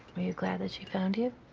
are you glad that she found you?